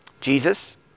Jesus